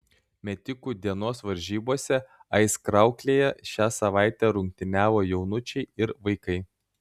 metikų dienos varžybose aizkrauklėje šią savaitę rungtyniavo jaunučiai ir vaikai